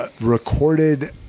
recorded